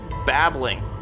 Babbling